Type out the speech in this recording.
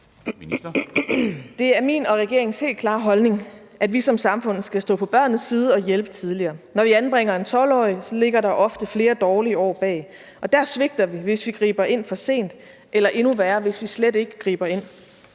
Det er min og regeringens klare holdning, at vi som samfund skal stå på børnenes side og hjælpe tidligere. Når vi anbringer en 12-årig, ligger der ofte flere dårligere år bag. Der svigter vi, hvis vi griber ind for sent, eller endnu værre, hvis vi slet ikke griber ind.